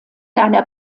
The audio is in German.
einer